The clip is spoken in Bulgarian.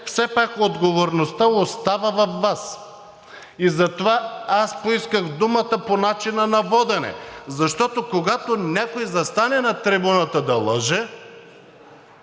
все пак отговорността остава във Вас. И затова аз поисках думата по начина на водене, защото, когато някой застане на трибуната да лъже,